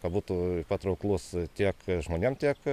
būtų patrauklus tiek žmonėm tiek